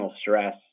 stress